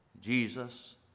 Jesus